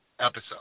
episode